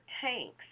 tanks